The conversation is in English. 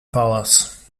palace